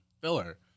Filler